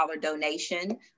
donation